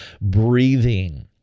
breathing